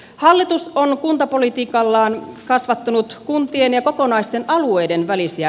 hallitus on kuntapolitiikallaan kasvattanut kuntien ja kokonaisten alueiden välisiä